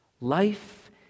Life